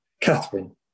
Catherine